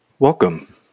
Welcome